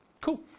Cool